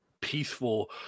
peaceful